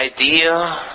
idea